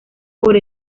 por